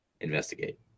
investigate